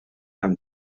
amb